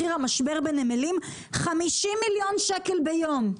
מחיר המשבר בנמלים, 50 מיליון שקל ביום,